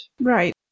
Right